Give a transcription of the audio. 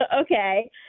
Okay